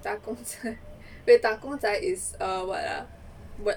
打工仔 wait 打工仔 is err what ah what